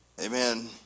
Amen